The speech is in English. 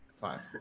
five